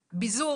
ביזור,